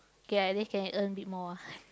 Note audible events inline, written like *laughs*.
K at least can earn bit more ah *laughs*